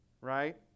right